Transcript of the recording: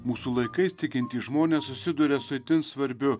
mūsų laikais tikintys žmonės susiduria su itin svarbiu